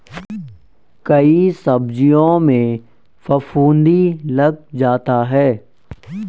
कई सब्जियों में फफूंदी लग जाता है